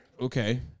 Okay